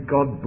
God